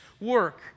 work